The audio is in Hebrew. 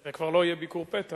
זה כבר לא יהיה ביקור פתע.